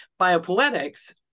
Biopoetics